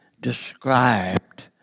described